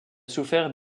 souffert